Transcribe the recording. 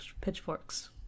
pitchforks